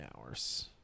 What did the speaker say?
hours